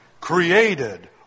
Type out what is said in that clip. created